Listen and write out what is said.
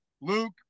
Luke